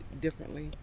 differently